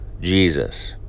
Jesus